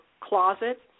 closet